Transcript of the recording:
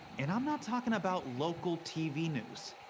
and i'm not talking about local tv news.